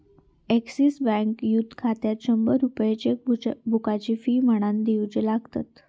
axis बँकेत youth खात्यात शंभर रुपये चेकबुकची फी म्हणान दिवचे लागतत